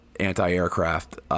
Anti-aircraft